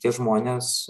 tie žmonės